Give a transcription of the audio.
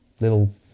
little